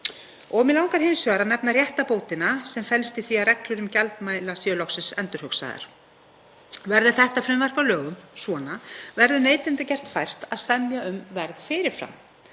dag. Mig langar hins vegar að nefna réttarbótina sem felst í því að reglur um gjaldmæla séu loksins endurhugsaðar. Verði þetta frumvarp að lögum svona verður neytendum gert fært að semja um verð fyrir fram.